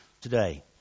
today